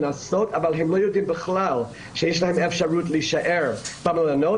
אבל הם לא יודעים בכלל שיש להם אפשרות להישאר במלונות,